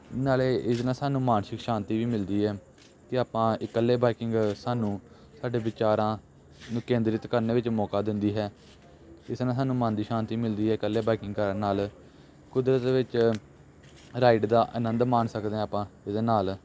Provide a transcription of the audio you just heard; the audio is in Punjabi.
ਨਾਲੇ ਇਹਦੇ ਨਾਲ ਸਾਨੂੰ ਮਾਨਸਿਕ ਸ਼ਾਂਤੀ ਵੀ ਮਿਲਦੀ ਹੈ ਅਤੇ ਆਪਾਂ ਇਕੱਲੇ ਬਾਈਕਿੰਗ ਸਾਨੂੰ ਸਾਡੇ ਵਿਚਾਰਾਂ ਨੂੰ ਕੇਂਦਰਿਤ ਕਰਨ ਵਿੱਚ ਮੌਕਾ ਦਿੰਦੀ ਹੈ ਇਸ ਨਾਲ ਸਾਨੂੰ ਮਨ ਦੀ ਸ਼ਾਂਤੀ ਮਿਲਦੀ ਹੈ ਇਕੱਲੇ ਬਾਈਕਿੰਗ ਕਰਨ ਨਾਲ ਕੁਦਰਤ ਵਿੱਚ ਰਾਈਡ ਦਾ ਆਨੰਦ ਮਾਣ ਸਕਦੇ ਹਾਂ ਆਪਾਂ ਇਹਦੇ ਨਾਲ